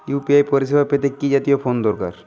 UPI পরিসেবা পেতে কি জাতীয় ফোন দরকার?